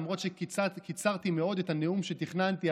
למרות שקיצרתי מאוד את הנאום שתכננתי,